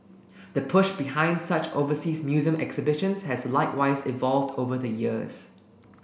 the push behind such overseas museum exhibitions has likewise evolved over the years